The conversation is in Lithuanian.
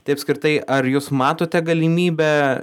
tai apskritai ar jūs matote galimybę